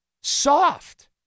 soft